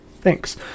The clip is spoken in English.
Thanks